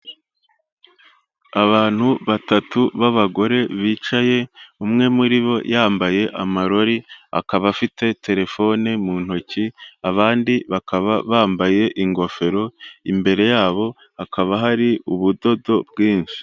Abantu batatu b'abagore bicaye, umwe muri bo yambaye amarori, akaba afite telefoni mu ntoki, abandi bakaba bambaye ingofero imbere yabo, hakaba hari ubudodo bwinshi.